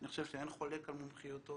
אין חולק על מומחיותו